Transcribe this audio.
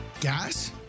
Gas